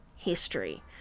history